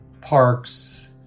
parks